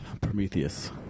Prometheus